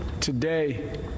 Today